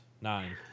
Nine